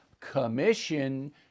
commission